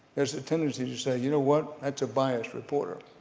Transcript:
there's tendency to say, you know what that's a biased reporter.